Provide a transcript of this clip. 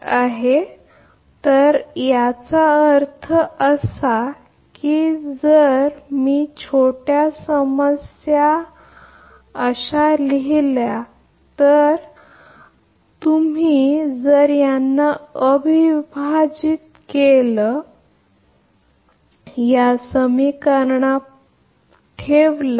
तर कारण म्हणून याचा अर्थ असा की जर मी छोट्या समस्या असतील तर असे लिहिणे याचा अर्थ तुम्ही जर इंटिग्रेट केलं तर त्याचप्रकारे इथेच या समीकरणात याचा अर्थ असा की या समीकरण 23 मध्ये आपण बदल करत आहात आणि येथे आपण हा पर्याय घेता आणि आणि सारखा ठेवत